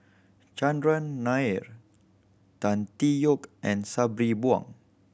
Chandran Nair Tan Tee Yoke and Sabri Buang